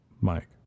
Mike